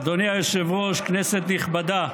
אדוני היושב-ראש, כנסת נכבדה,